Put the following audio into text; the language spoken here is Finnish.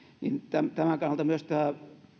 tämän kannalta tämä